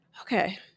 okay